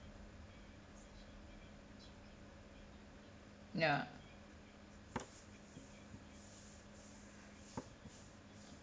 ya